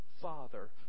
Father